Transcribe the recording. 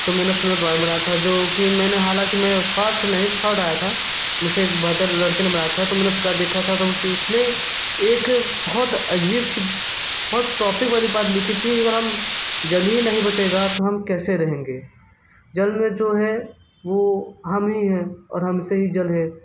तो मैंने उसमें ड्राॅइंग बनाया था जो कि मैंने हालांकि मैं फर्स्ट नहीं थर्ड आया था मुझ से एक बेहतर लड़के ने बनाया था तो मैंने उसका देखा था तो उस उसने एक बहुत अजीब सी बहुत टॉपिक वाली बात लिखी थी अगर हम जल ही नहीं बचेगा तो हम कैसे रहेंगे जल में जो है वो हम ही हैं और हम से ही जल है